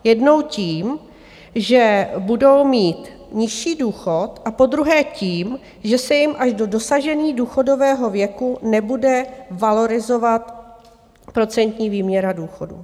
Jednou tím, že budou mít nižší důchod, a podruhé tím, že se jim až do dosažení důchodového věku nebude valorizovat procentní výměra důchodů.